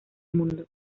mundo